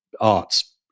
arts